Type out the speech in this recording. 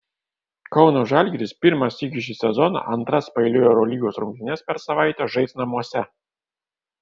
kauno žalgiris pirmą sykį šį sezoną antras paeiliui eurolygos rungtynes per savaitę žais namuose